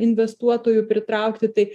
investuotojų pritraukti tai